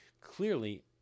Clearly